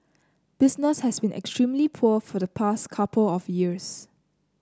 business has been extremely poor for the past couple of years